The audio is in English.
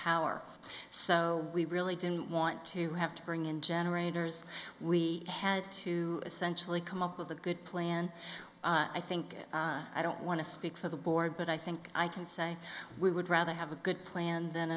power so we really didn't want to have to bring in generators we had to essentially come up with a good plan i think that i don't want to speak for the board but i think i can say we would rather have a good plan than